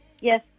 Yes